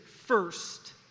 first